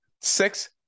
six